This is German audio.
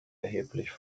erheblich